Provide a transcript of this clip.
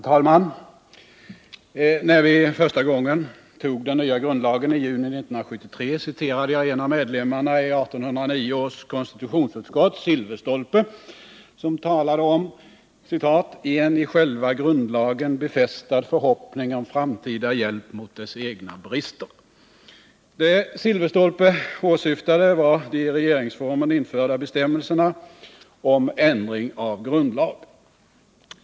Herr talman! När vi första gången antog den nya grundlagen i juni 1973 citerade jag en av medlemmarna i 1809 års konstitutionsutskott, Silverstolpe, som talade om ”en i själva grundlagen befästad förhoppning om framtida hjälp mot dess egna brister”. Det Silverstolpe åsyftade var de i regeringsformen införda bestämmelserna om ändring av grundlag.